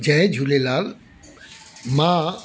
जय झूलेलाल मां